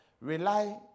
rely